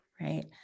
right